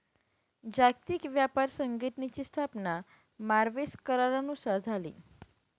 जागतिक व्यापार संघटनेची स्थापना मार्क्वेस करारानुसार झाली